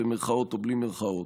במירכאות או בלי מירכאות.